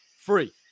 free